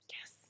Yes